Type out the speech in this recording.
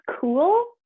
cool